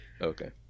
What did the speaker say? Okay